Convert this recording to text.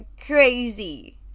crazy